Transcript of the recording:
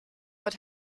what